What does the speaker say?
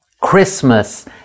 Christmas